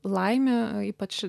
laimė ypač